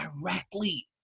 directly